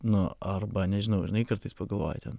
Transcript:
nu arba nežinau žinai kartais pagalvoji ten